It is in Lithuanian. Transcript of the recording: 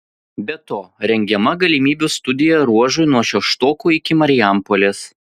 be to rengiama galimybių studija ruožui nuo šeštokų iki marijampolės